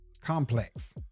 complex